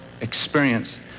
experience